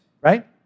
right